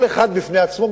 כל אחד בפני עצמו,